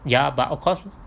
ya but of course